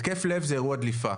התקף לב זה אירוע דליפה,